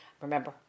Remember